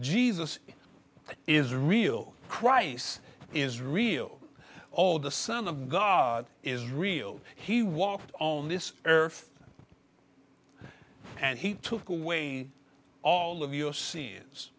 jesus is real price is real all the son of god is real he walked on this earth and he took away all of your scenes